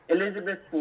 Elizabeth